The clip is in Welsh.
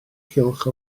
cylch